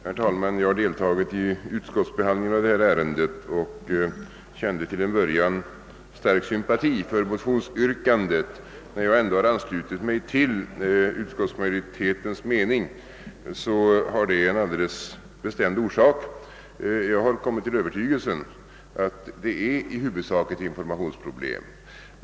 Herr talman! Jag har deltagit i utskottsbehandlingen av detta ärende och kände till en början stark sympati för motionsyrkandet. Att jag ändå anslutit mig till utskottsmajoritetens mening har en alldeles bestämd orsak. Jag har blivit övertygad om att det i huvudsak är ett informationsproblem.